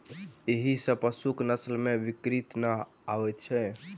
एहि सॅ पशुक नस्ल मे विकृति नै आबैत छै